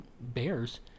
bears